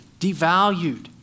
devalued